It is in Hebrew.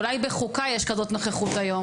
אולי בחוקה יש כזאת נוכחות היום.